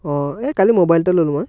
অ' এই কালি মোবাইল এটা ল'লোঁ মই